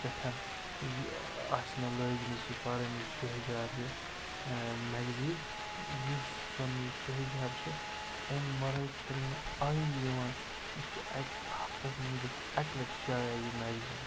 پٮ۪ٹھ یہِ آسہِ مےٚ لٲجمٕژ یہِ پَرٕنۍ یہِ شہجار یہِ میگزیٖن یُس زَن یہِ شہجار چھِ اَمہِ مَرٲے چھُنہٕ مےٚ آیہِ یِوان یہِ چھِ اَکہِ ہَفتَس منٛز گژھان اَکہِ لَٹہِ شایٔع یہِ میگزیٖن